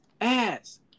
ass